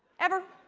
ever.